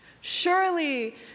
Surely